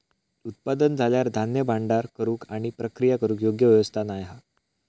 उत्पादन झाल्यार धान्य भांडार करूक आणि प्रक्रिया करूक योग्य व्यवस्था नाय हा